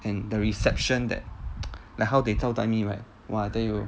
and the reception that like how they 招待 me right !wah! I tell you